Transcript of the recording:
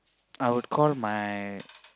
I'll call my